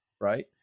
Right